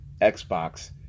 Xbox